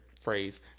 phrase